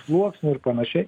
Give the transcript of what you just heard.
sluoksnių ir panašiai